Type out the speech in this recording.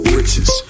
riches